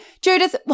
Judith